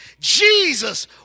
Jesus